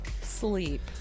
Sleep